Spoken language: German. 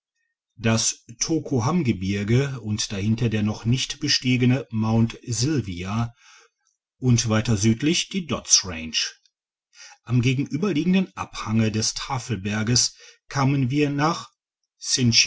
das tokoham gebirge und dahinter der noch nicht bestiegene mt silvia und weiter südlich die dodds range am gegenüberliegenden abhänge des tafelberges kamen wir nach